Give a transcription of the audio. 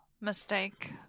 mistake